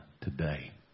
today